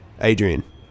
Adrian